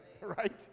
Right